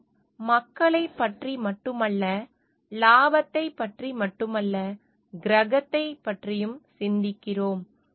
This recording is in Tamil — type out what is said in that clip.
நாம் மக்களைப் பற்றி மட்டுமல்ல லாபத்தைப் பற்றி மட்டுமல்ல கிரகத்தைப் பற்றியும் சிந்திக்கிறோம்